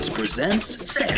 presents